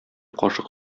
кашык